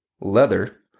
leather